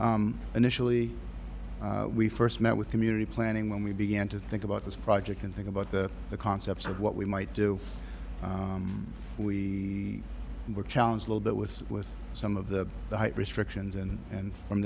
initially we first met with community planning when we began to think about this project and think about the the concepts of what we might do and we were challenged little bit was with some of the restrictions and and from